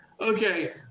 Okay